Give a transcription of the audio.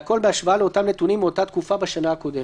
והכול בהשוואה לאותם נתונים מאותה תקופה בשנה הקודמת.